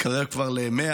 מתקרב כבר ל-100.